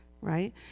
right